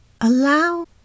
allow